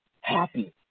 happy